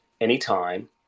anytime